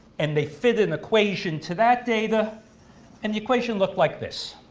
and they fit an equation to that data and the equation looked like this